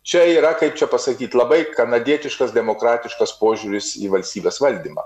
čia yra kaip čia pasakyt labai kanadietiškas demokratiškas požiūris į valstybės valdymą